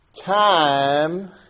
Time